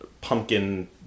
pumpkin